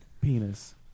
penis